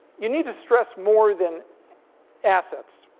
you need to stress more than assets.